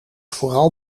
vooral